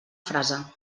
frase